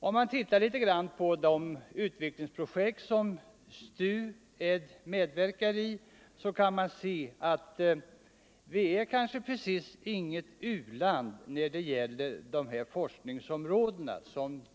Om man ser på de utvecklingsprojekt som STU medverkar i, finner man att Sverige inte precis är något u-land när det gäller dessa forskningsområden.